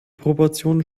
proportionen